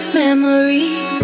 memories